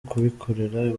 kubikorera